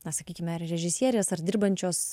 na sakykime ar režisierės ar dirbančios